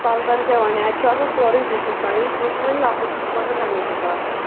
پَلٹَن کیٛاہ وَنہِ اَتہِ چھُ آسان سورُے زِٹھِس تانۍ یُس زیُٹھ وَنہِ لۅکُٹ تہِ چھُ پَکن تَمی حِسابہٕ پتہٕ